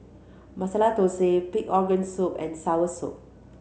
Masala Thosai pig organ soup and Soursop